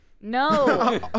No